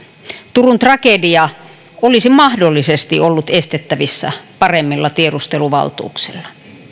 turun tragedia olisi mahdollisesti ollut estettävissä paremmilla tiedusteluvaltuuksilla